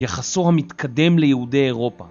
יחסו המתקדם ליהודי אירופה